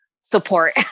support